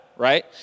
Right